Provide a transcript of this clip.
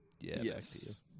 Yes